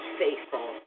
faithful